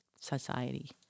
Society